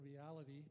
reality